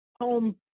home